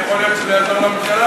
כי יכול להיות שזה יעזור לממשלה.